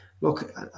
look